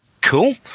Cool